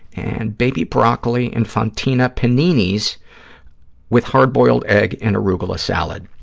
and baby broccoli and fontina paninis with hard-boiled egg and arugula salad.